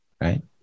right